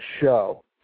show